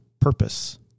purpose